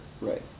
Right